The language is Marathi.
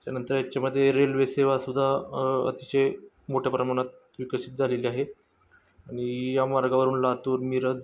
त्यानंतर याच्यामध्ये रेल्वेसेवा सुद्धा अतिशय मोठ्या प्रमाणात विकसित झालेली आहे आणि या मार्गावरून लातूर मिरज